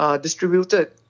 distributed